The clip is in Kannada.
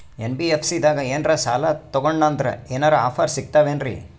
ಎನ್.ಬಿ.ಎಫ್.ಸಿ ದಾಗ ಏನ್ರ ಸಾಲ ತೊಗೊಂಡ್ನಂದರ ಏನರ ಆಫರ್ ಸಿಗ್ತಾವೇನ್ರಿ?